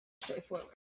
straightforward